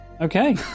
Okay